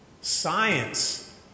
Science